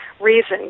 reason